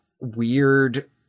weird